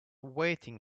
waiting